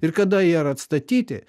ir kada jie yra atstatyti